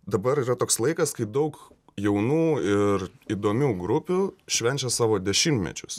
dabar yra toks laikas kai daug jaunų ir įdomių grupių švenčia savo dešimtmečius